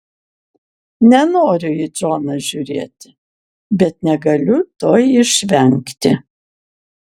nenoriu į džoną žiūrėti bet negaliu to išvengti